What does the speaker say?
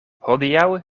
hodiaŭ